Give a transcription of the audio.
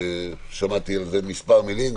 שמעתי על זה מספר מילים.